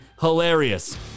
hilarious